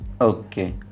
okay